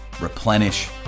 replenish